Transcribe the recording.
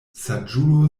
saĝulo